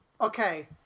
Okay